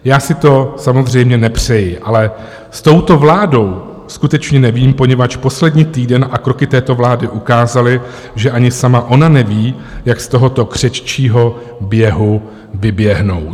Já si to samozřejmě nepřeji, ale s touto vládou skutečně nevím, poněvadž poslední týden a kroky této vlády ukázaly, že ani sama ona neví, jak z tohoto křeččího běhu vyběhnout.